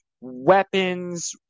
weapons